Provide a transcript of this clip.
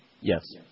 Yes